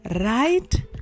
right